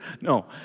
no